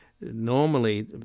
normally